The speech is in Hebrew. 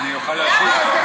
למה, אני אוכל להשיב?